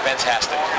Fantastic